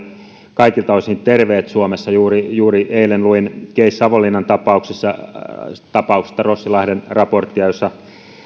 kaikilta osin terveet suomessa juuri juuri eilen luin savonlinnan tapauksesta rossilahden raporttia jossa